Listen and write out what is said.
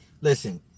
Listen